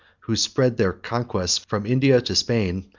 who spread their conquests from india to spain,